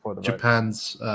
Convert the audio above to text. Japan's –